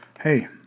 hey